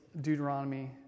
Deuteronomy